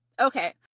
okay